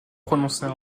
prononcer